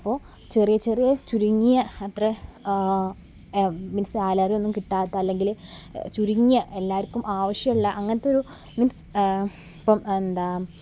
അപ്പോൾ ചെറിയ ചെറിയ ചുരുങ്ങിയ എത്ര മീൻസ് സാലറി ഒന്നും കിട്ടാത്ത അല്ലെങ്കിൽ ചുരുങ്ങിയ എല്ലാവർക്കും ആവശ്യമുള്ള അങ്ങനത്തൊരു മീൻസ് ഇപ്പോഴും എന്താ